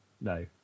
No